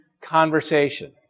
conversation